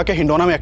like hindona yeah